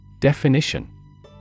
Definition